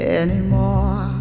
anymore